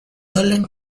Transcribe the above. ireland